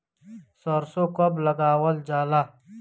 सरसो कब लगावल जाला?